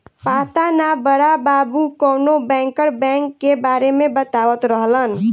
पाता ना बड़ा बाबु कवनो बैंकर बैंक के बारे में बतावत रहलन